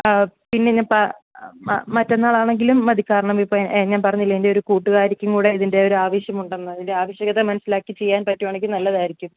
പിന്നെ ഞാൻ പ മ മറ്റന്നാൾ ആണെങ്കിലും മതി കാരണം ഇപ്പം ഞാൻ പറഞ്ഞില്ലേ എൻ്റെ ഒരു കൂട്ടുകാരിക്കും കൂടെ ഇതിൻ്റെ ഒരു ആവശ്യമുണ്ട് എന്ന് അതിൻ്റെ ആവശ്യകത മനസ്സിലാക്കി ചെയ്യാൻ പറ്റുവാണെങ്കിൽ നല്ലതായിരിക്കും